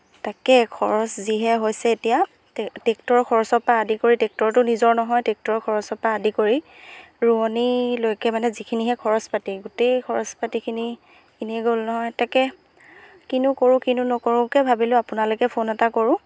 তাকে খৰচ যিহে হৈছে এতিয়া ট্ৰেক্টৰৰ খৰচৰ পৰা আদি কৰি ট্ৰেক্টৰটো নিজৰ নহয় ট্ৰেক্টৰৰ খৰচৰ পৰা আদি কৰি ৰোৱনীলৈকে মানে যিখিনিহে খৰচ পাতি গোটেই খৰচ পাতিখিনি এনে গ'ল নহয় তাকে কিনো কৰোঁ কিনো নকৰোঁকৈ ভাবিলোঁ আপোনালৈকে ফোন এটা কৰোঁ